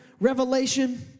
Revelation